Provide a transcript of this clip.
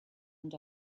and